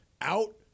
out